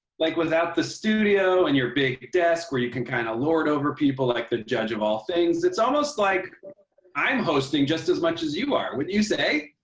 like, without the studio and your big desk where you can kind of lord over people like the judge of all things, it's almost like i'm hosting just as much as you are. wouldn't you say?